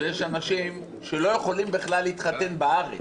יש אנשים שלא יכולים בכלל להתחתן בארץ,